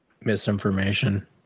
misinformation